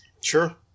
Sure